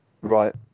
right